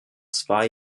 zwei